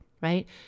right